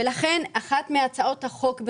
ולכן אחת מהצעות החוק שלי,